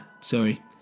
sorry